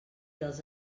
dels